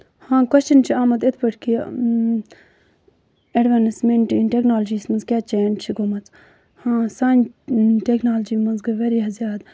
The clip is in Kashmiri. ہاں کوٚسچن چھُ آمُت یِتھ پٲٹھۍ کہِ ایٚڈوانٕسمیٚنٹ اِن ٹیٚکنالجی یس منٛز کیاہ چینج چھِ گٔمٕژ ہاں سانہِ ٹیٚکنالجی منٛز گٔے واریاہ زیادٕ